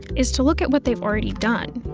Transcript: is to look what they've allready done.